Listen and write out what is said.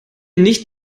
nicht